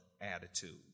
attitude